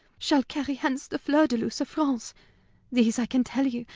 shall carry hence the fluerdeluce of france these, i can tell ye,